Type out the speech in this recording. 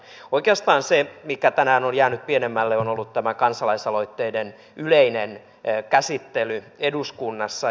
oikeastaan se mikä tänään on jäänyt pienemmälle on ollut tämä kansalaisaloitteiden yleinen käsittely eduskunnassa